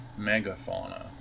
megafauna